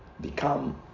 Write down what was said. become